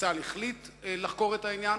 שצה"ל החליט לחקור את העניין,